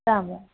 राम्राम्